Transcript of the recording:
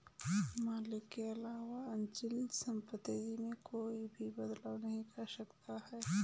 मालिक के अलावा अचल सम्पत्ति में कोई भी बदलाव नहीं कर सकता है